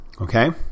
Okay